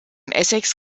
essex